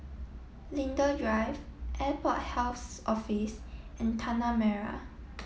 Linden drive Airport Health Office and Tanah Merah